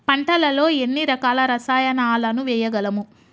పంటలలో ఎన్ని రకాల రసాయనాలను వేయగలము?